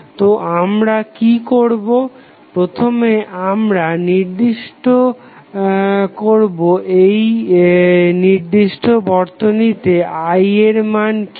তো আমরা কি করবো প্রথমে আমরা নির্ণয় করবো এই নির্দিষ্ট বর্তনীতে I এর মান কি